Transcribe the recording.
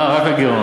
אה, רק לגירעון.